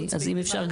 אם אפשר,